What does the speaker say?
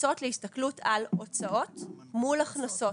מתייחסות להסתכלות על הוצאות מול הכנסות.